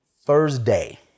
Thursday